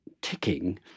ticking